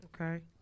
Okay